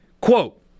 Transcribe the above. Quote